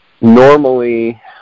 Normally